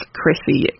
Chrissy